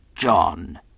John